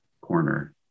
corner